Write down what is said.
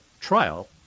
trial